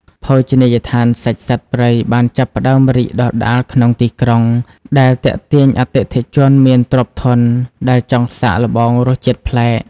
ភោជនីយដ្ឋានសាច់សត្វព្រៃបានចាប់ផ្តើមរីកដុះដាលក្នុងទីក្រុង ដែលទាក់ទាញអតិថិជនមានទ្រព្យធនដែលចង់សាកល្បងរសជាតិប្លែក។